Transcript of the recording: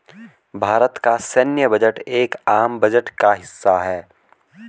भारत का सैन्य बजट एक आम बजट का हिस्सा है